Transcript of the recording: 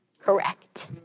correct